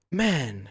man